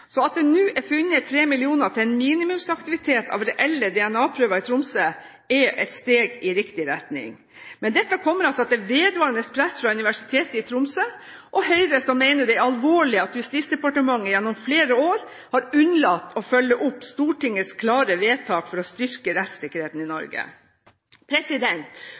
At det nå er funnet 3 mill. kr til en minimumsaktivitet når det gjelder reelle DNA-prøver i Tromsø, er et steg i riktig retning. Men dette kom altså etter vedvarende press fra Universitetet i Tromsø og Høyre, som mener det er alvorlig at Justisdepartementet gjennom flere år har unnlatt å følge opp Stortingets klare vedtak for å styrke rettssikkerheten i Norge.